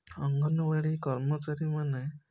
ଅଙ୍ଗନବାଡ଼ି କର୍ମଚାରୀମାନେ